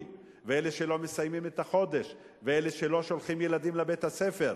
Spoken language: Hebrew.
ואלה שלא מסיימים את החודש ואלה שלא שולחים ילדים לבית-הספר,